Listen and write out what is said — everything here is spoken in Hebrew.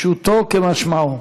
פשוטו כמשמעו,